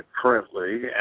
currently